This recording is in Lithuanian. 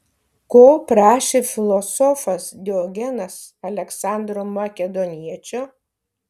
ko prašė filosofas diogenas aleksandro makedoniečio